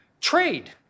Trade